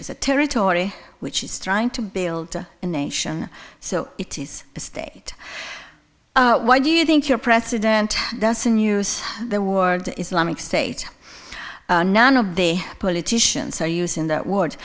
is a territory which is trying to build a nation so it is a state why do you think your president doesn't use the word islamic state none of the politicians are using that word